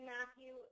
Matthew